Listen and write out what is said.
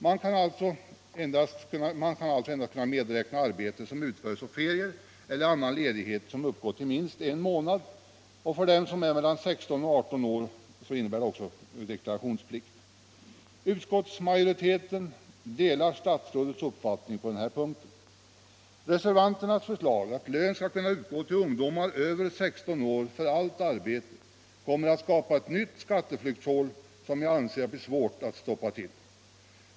Man skall alltså endast kunna medräkna arbete som utförs på ferier eller annan ledighet som uppgår till minst en månad, och för den som är mellan 16 och 18 år innebär det också deklarationsplikt. Utskottsmajoriteten delar statsrådets uppfattning på den här punkten. Reservanternas förslag att lön skall kunna utgå till ungdomar över 16 år för allt arbete kommer att skapa ett nytt skatteflyktshål som jag anser att det blir svårt att stoppa till.